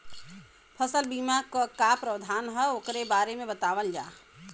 फसल बीमा क का प्रावधान हैं वोकरे बारे में बतावल जा?